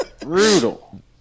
Brutal